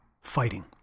fighting